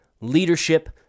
leadership